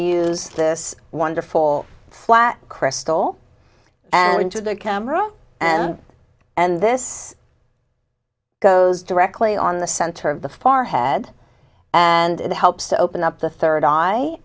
use this wonderful flat crystal and into the camera and and this goes directly on the center of the forehead and it helps to open up the third